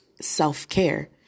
self-care